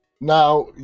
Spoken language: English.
Now